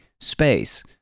space